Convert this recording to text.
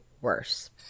worse